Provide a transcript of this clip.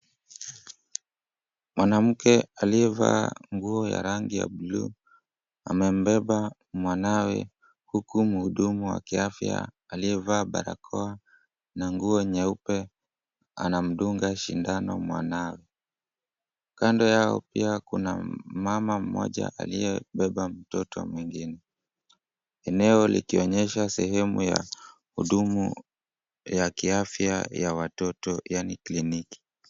Mwanamke aliyevaa nguo ya rangi ya bluu, amembeba mwanawe huku mhudumu wa kiafya aliyevaa barakoa na nguo nyeupe anamdunga sindano mwanawe. Kando yao pia kuna mama mmoja aliyebeba mtoto mwingine. Eneo likionyesha sehemu ya kudumu ya kiafya ya watoto yaani kliniki.